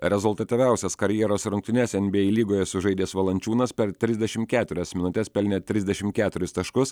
rezultatyviausias karjeros rungtynes nba lygoje sužaidęs valančiūnas per trisdešimt keturias minutes pelnė trisdešimt keturis taškus